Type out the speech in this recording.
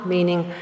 meaning